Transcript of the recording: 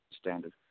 standard